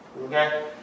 Okay